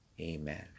Amen